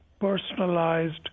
personalized